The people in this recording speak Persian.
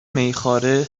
میخواره